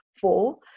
four